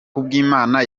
kubwimana